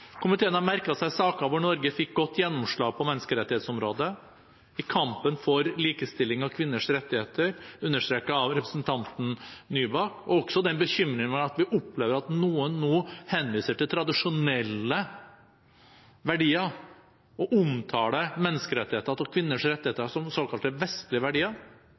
Komiteen har merket seg saker hvor Norge fikk godt gjennomslag – på menneskerettighetsområdet, i kampen for likestilling og kvinners rettigheter, understreket av representanten Nybakk – og også bekymringen ved at vi opplever at noen nå henviser til tradisjonelle verdier og omtaler menneskerettigheter og kvinners rettigheter for såkalte vestlige verdier.